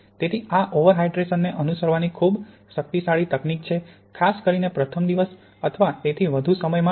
તેથી આ ઓવરહાડ્રેશનને અનુસરવાની ખૂબ શક્તિશાળી તકનીક છે ખાસ કરીને પ્રથમ દિવસ અથવા તેથી વધુ સમય માટે